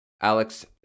Alex